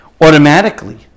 Automatically